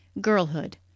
Girlhood